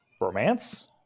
Romance